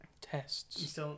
tests